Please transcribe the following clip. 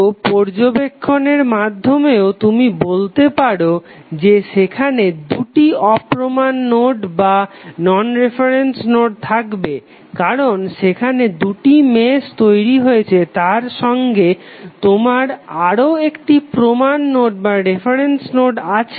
তো পর্যবেক্ষণের মাধমেও তুমি বলতে পারো যে সেখানে দুটি অপ্রমান নোড থাকবে কারণ সেখানে দুটি মেশ তৈরি হয়েছে তার সঙ্গে তোমার আরও একটি প্রমান নোড আছে